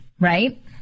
Right